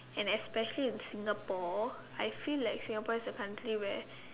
and especially in Singapore I feel like Singapore is a country where